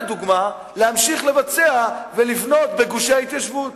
לדוגמה, להמשיך לבצע ולבנות בגושי ההתיישבות,